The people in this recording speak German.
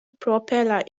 propeller